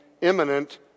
imminent